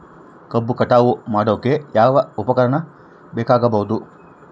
ಕಬ್ಬು ಕಟಾವು ಮಾಡೋಕೆ ಯಾವ ಉಪಕರಣ ಬೇಕಾಗಬಹುದು?